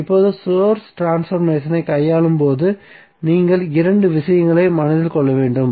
இப்போது சோர்ஸ் ட்ரான்ஸ்பர்மேசனை கையாளும் போது நீங்கள் இரண்டு விஷயங்களை மனதில் கொள்ள வேண்டும்